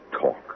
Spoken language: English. talk